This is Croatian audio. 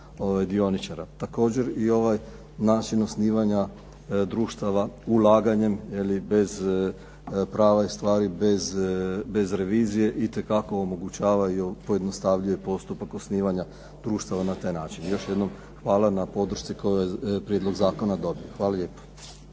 Također i ovaj način osnivanja društava ulaganjem prava i stvari bez revizije itekako omogućava i pojednostavljuje postupak osnivanja društava na taj način. Još jednom hvala na podršci koju je ovaj prijedlog zakona dobio. Hvala lijepo.